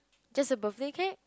just a birthday cake